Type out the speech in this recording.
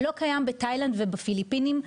לא קיים בתאילנד ובפיליפינים.